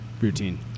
routine